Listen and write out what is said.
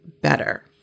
better